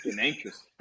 Anxious